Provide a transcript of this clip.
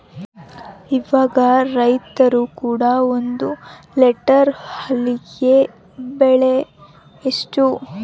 ಇವಾಗ ರೈತರು ಕೊಡೊ ಒಂದು ಲೇಟರ್ ಹಾಲಿಗೆ ಬೆಲೆ ಎಷ್ಟು?